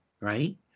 right